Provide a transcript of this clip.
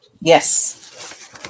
Yes